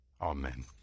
Amen